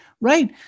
right